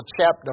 chapter